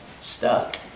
stuck